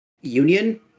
union